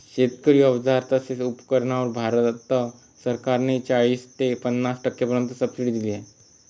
शेती अवजार तसेच उपकरणांवर भारत सरकार ने चाळीस ते पन्नास टक्क्यांपर्यंत सबसिडी दिली आहे